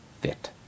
fit